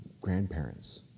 grandparents